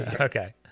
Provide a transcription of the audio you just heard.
Okay